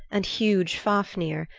and huge fafnir,